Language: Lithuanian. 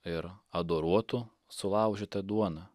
ir adoruotų sulaužytą duoną